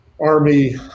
army